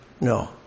No